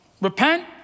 Repent